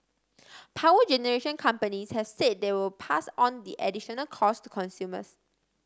power generation companies has said they will pass on the additional cost to consumers